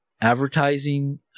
advertising